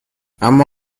اما